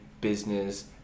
business